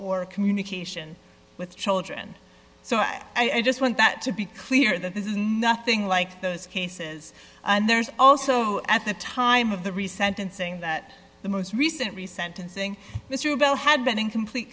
or communication with children so i just want that to be clear that this is nothing like those cases and there's also at the time of the resentencing that the most recent recent unsing mr bell had been in complete